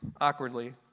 Awkwardly